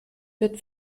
wird